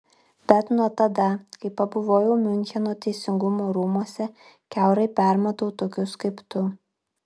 bet nuo tada kai pabuvojau miuncheno teisingumo rūmuose kiaurai permatau tokius kaip tu